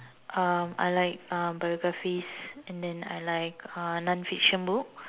um I like um biographies and then I like uh non fiction book